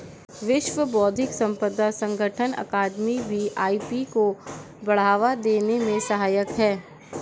विश्व बौद्धिक संपदा संगठन अकादमी भी आई.पी को बढ़ावा देने में सहायक है